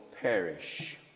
perish